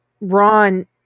Ron